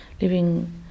living